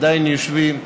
עדיין יושבים.